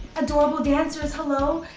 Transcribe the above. adorable dancers, hello!